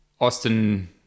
Austin